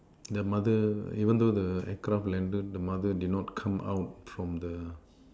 the mother even though the aircraft landed the mother did not come out from the